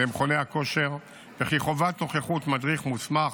למכוני הכושר, וכי חובת נוכחות מדריך מוסמך